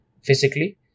physically